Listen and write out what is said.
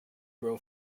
grow